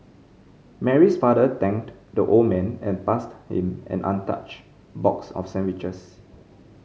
Mary's father thanked the old man and passed him an untouched box of sandwiches